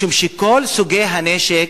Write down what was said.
משום שכל סוגי הנשק,